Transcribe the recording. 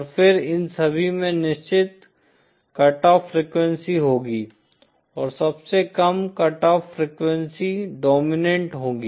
और फिर इन सभी में निश्चित कट ऑफ फ्रीक्वेंसी होगी और सबसे कम कट ऑफ फ्रीक्वेंसी डोमिनेंट होगी